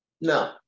No